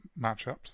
matchups